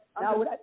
Now